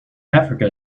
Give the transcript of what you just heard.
africa